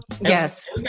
Yes